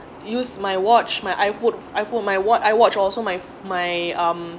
use my watch my iphone iphone my wat~ iwatch also my my um